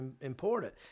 important